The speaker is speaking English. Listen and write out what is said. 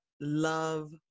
love